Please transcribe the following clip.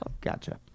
Gotcha